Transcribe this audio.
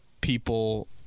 people